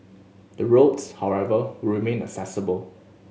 the roads however will remain accessible